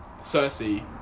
Cersei